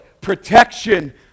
protection